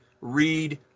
read